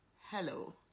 hello